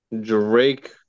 Drake